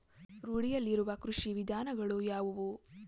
ರೂಢಿಯಲ್ಲಿರುವ ಕೃಷಿ ವಿಧಾನಗಳು ಯಾವುವು?